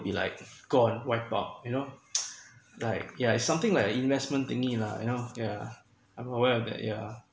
be like gone wiped out you know like yeah it's something like a investment thingy lah you know yeah I'm aware of that yeah